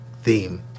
theme